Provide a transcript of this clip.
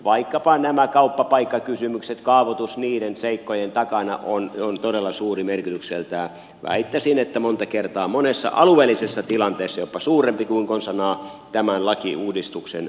vaikkapa nämä kauppapaikkakysymykset kaavoitus niiden seikkojen takana on todella suuri merkitykseltään väittäisin että monta kertaa monessa alueellisessa tilanteessa jopa suurempi kuin konsanaan tämän lakiuudistuksen vaikutus